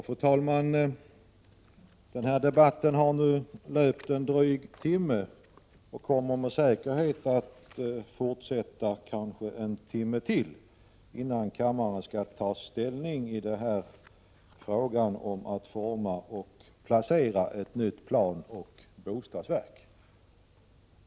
Fru talman! Den här debatten har nu pågått en dryg timme och kommer med säkerhet att fortsätta ytterligare en timme innan kammaren tar ställning till frågan om att forma och placera ett nytt planoch bostadsverk.